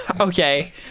Okay